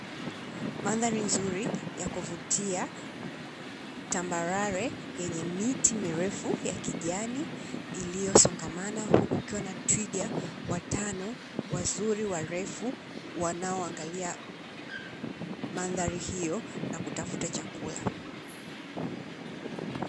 Mandhari nzuri ya kuvutia tambarare, yenye miti mirefu ya kijani iliyosongamana, huku kukiwa na twiga watano wazuri, warefu wanaoangalia mandhari hiyo na kutafuta chakula.